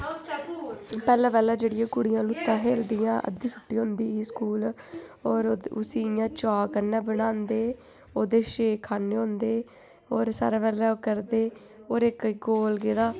पैह्लें पैह्लें जेह्ड़ियां कुड़ियां लूह्त्ता खेढदियां अद्धी छुट्टी होंदी ही स्कूल और उसी इ'यां चा कन्नै बनांदे ओह्दे च छे खान्ने होंदे और सारे करदे और इक इक गोल जेह्ड़ा